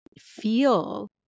feel